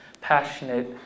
passionate